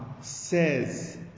says